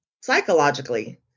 psychologically